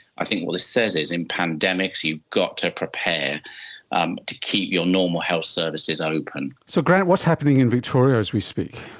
i think what this says is in pandemics you've got to prepare um to keep your normal health services open. so grant, what's happening in victoria as we speak?